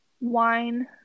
wine